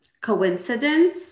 coincidence